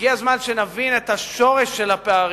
הגיע הזמן שנבין את השורש של הפערים.